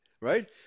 right